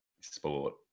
sport